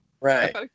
right